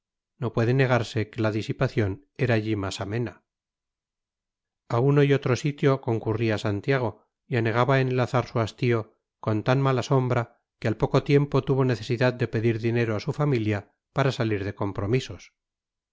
no puede negarse que la disipación era allí más amena a uno y otro sitio concurría santiago y anegaba en el azar su hastío con tan mala sombra que al poco tiempo tuvo necesidad de pedir dinero a su familia para salir de compromisos